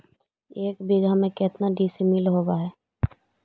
एक बीघा में केतना डिसिमिल होव हइ?